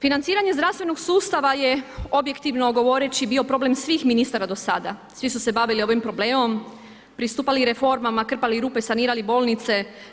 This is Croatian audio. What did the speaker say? Financiranje zdravstvenog sustava je, objektivno govoreći, bio problem svih ministara do sada, svi su se bavili ovim problemom, pristupali reformama, krpali rupe, sanirali bolnice.